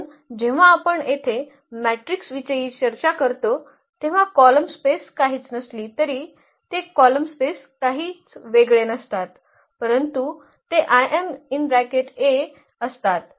म्हणून जेव्हा आपण येथे मॅट्रिक विषयी चर्चा करतो तेव्हा कॉलम स्पेस काहीच नसली तरी ते कॉलम स्पेस काहीच वेगळे नसतात परंतु ते असतात